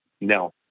No